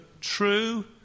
true